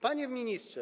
Panie Ministrze!